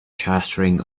chattering